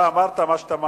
אתה אמרת מה שאתה מאמין.